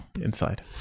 inside